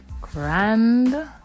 grand